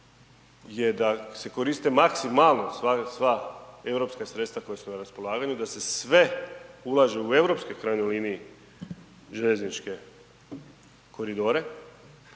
je da se koriste maksimalno sva europska sredstva koja su raspolaganju, da se sve ulaže u europske u krajnjoj liniji željezničke koridore,